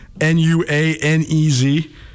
N-U-A-N-E-Z